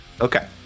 okay